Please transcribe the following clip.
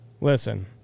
Listen